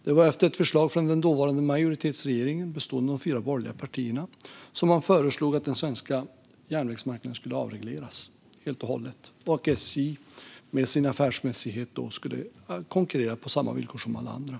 Det var den dåvarande majoritetsregeringen, bestående av de fyra borgerliga partierna, som föreslog att den svenska järnvägsmarknaden skulle avregleras helt och hållet och att SJ, med sin affärsmässighet, skulle konkurrera på samma villkor som alla andra.